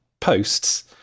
posts